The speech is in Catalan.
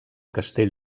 castell